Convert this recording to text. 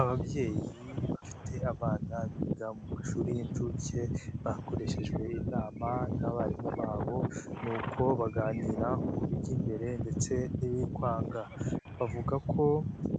Ababyeyi bafite abana biga mu mashuri y'inshuke bakoreshejwe inama n'abarimu babo n'uko baganira ku bijya imbere ndetse n'ibiri kwanga bavuga ko